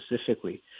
specifically